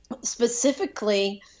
Specifically